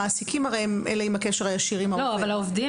המעסיקים הם אלה עם הקשר הישיר עם העובד.